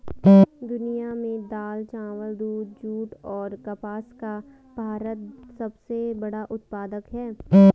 दुनिया में दाल, चावल, दूध, जूट और कपास का भारत सबसे बड़ा उत्पादक है